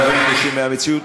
הדברים תלושים מהמציאות?